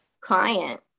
client